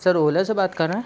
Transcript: sir Ola से बात कर रहे हैं